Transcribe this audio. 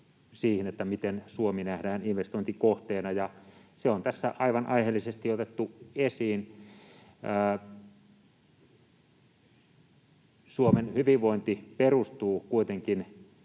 miten Suomi nähdään investointikohteena. Se on tässä aivan aiheellisesti otettu esiin. Suomen hyvinvointi perustuu kuitenkin